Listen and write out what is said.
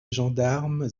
gendarme